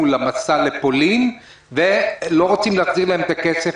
למסע לפולין ולא רוצים להחזיר להם את הכסף?